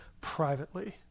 privately